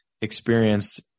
experienced